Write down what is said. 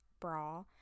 bra